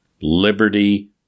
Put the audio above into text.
liberty